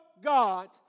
God